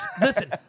Listen